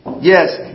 yes